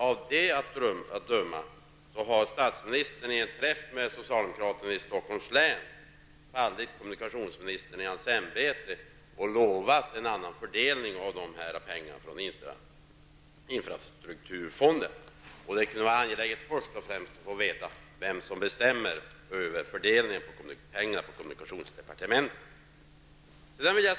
Av artikeln att döma har statsministern vid ett möte med socialdemokraterna i Stockholms län lagt sig i kommunikationsministerns ämbete och utlovat en annan fördelning av infrastrukturfondens pengar. Det vore angeläget att först och främst få veta vem som beslutar över fördelningen av kommunikationsdepartementets anslag.